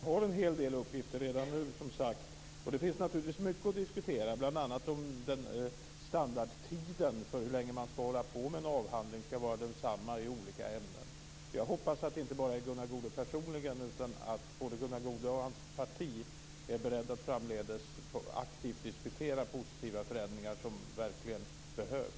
Fru talman! Vi har redan nu en hel del uppgifter. Det finns naturligtvis mycket att diskutera, bl.a. om standardtiden för hur länge man ska hålla på med en avhandling ska vara densamma i olika ämnen. Jag hoppas att det inte bara gäller Gunnar Goude personligen utan att både Gunnar Goude och hans parti är beredda att framdeles aktivt diskutera positiva förändringar som verkligen behövs.